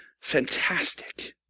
fantastic